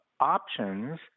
options